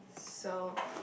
so